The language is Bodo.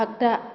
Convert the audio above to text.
आगदा